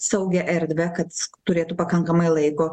saugią erdvę kad turėtų pakankamai laiko